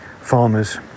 farmers